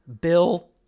Bill